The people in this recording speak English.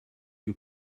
you